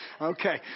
Okay